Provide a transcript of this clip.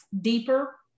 deeper